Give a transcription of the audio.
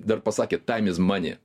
dar pasakė taim iz mani